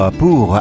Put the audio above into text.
pour